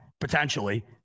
potentially